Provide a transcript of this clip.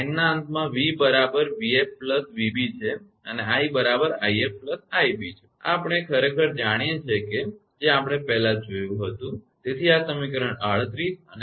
લાઇનના અંતમાં v બરાબર 𝑣𝑓 𝑣𝑏 છે અને i બરાબર 𝑖𝑓 𝑖𝑏 છે આ આપણે ખરેખર જાણીએ છીએ જે આપણે પહેલાં જોયું હતું તેથી આ સમીકરણ 38 અને આ 39 છે